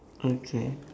okay